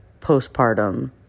postpartum